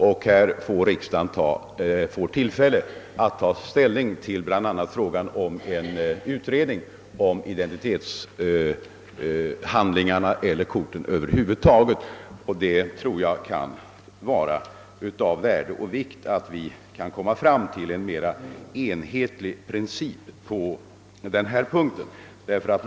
Kammaren får vid behandlingen av det utlåtandet tillfälle att ta ställning till bl.a. frågan om en utredning om identitetskorten över huvud taget, och det vore självfallet av värde om vi kunde komma fram till mera enhetliga principer på området.